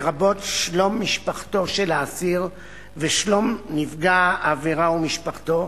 לרבות שלום משפחתו של האסיר ושלום נפגע העבירה ומשפחתו,